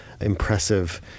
impressive